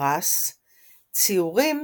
בפרס ציורים